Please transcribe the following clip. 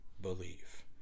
believe